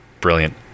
brilliant